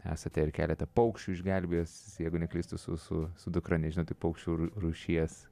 esate ir keletą paukščių išgelbėjęs jeigu neklystu su susu dukra nežinau tik paukščių rūšies